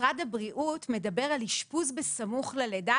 משרד הבריאות מדבר על אשפוז בסמוך ללידה,